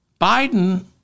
Biden